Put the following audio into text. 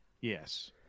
Yes